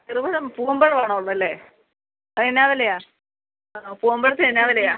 ചെറുപഴം പൂവൻപഴമാണോ ഉള്ളത് അല്ലേ അതെന്നാ വിലയാ ആ പൂവൻപഴത്തിന് എന്നാ വിലയാ